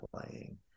playing